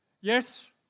yes